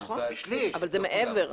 נכון, אבל זה מעבר לשליש.